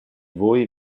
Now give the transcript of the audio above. voi